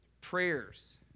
Prayers